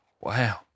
Wow